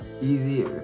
easy